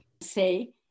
say